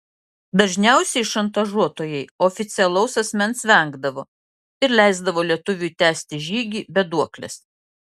dažniausiai šantažuotojai oficialaus asmens vengdavo ir leisdavo lietuviui tęsti žygį be duoklės